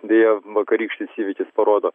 deja vakarykštis įvykis parodo